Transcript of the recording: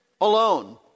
alone